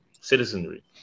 citizenry